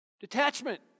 detachment